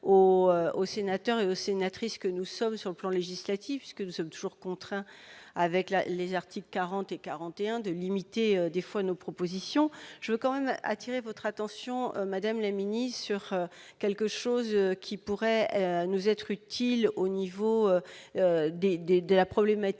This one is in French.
aux sénateurs et sénatrices que nous sommes sur le plan législatif puisque nous sommes toujours contraint avec la les articles 40 et 41 de limiter des fois nos propositions, je veux quand même attirer votre attention madame la Ministre sur quelque chose qui pourrait nous être utile au niveau des des de la problématique